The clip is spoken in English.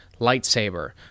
lightsaber